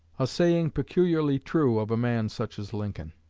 a saying peculiarly true of a man such as lincoln.